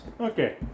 Okay